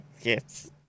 yes